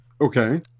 Okay